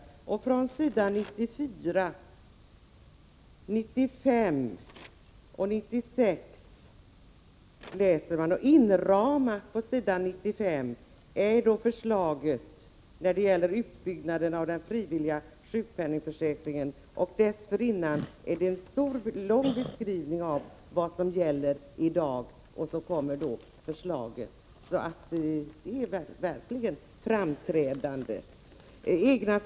Denna fråga tas upp på s. 94,95 och 96. Pås. 95 finns inramat förslaget om en utbyggnad av den frivilliga sjukpenningförsäkringen, och dessförinnan finns en lång beskrivning av vad som gäller i dag. Sedan kommer förslaget. Det är verkligen framträdande i propositionen.